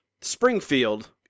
Springfield